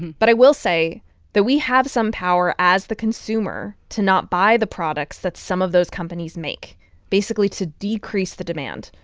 but i will say that we have some power as the consumer to not buy the products that some of those companies make basically to decrease the demand.